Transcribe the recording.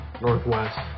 Northwest